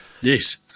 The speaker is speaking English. Yes